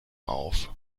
auf